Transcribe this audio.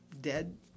dead